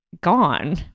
gone